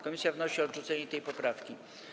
Komisja wnosi o odrzucenie tej poprawki.